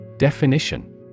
Definition